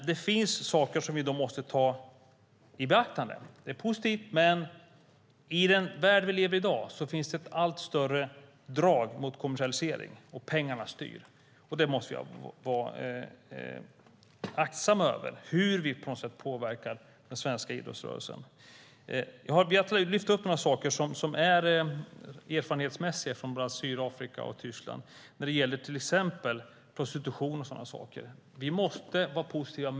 Det finns dock saker som vi måste ta i beaktande. Detta är positivt, men i den värld vi i dag lever i finns en allt större dragning mot kommersialisering. Pengarna styr.